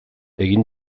egin